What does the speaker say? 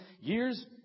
years